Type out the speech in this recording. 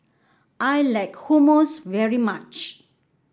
I like Hummus very much